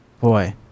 Boy